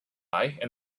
and